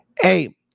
Hey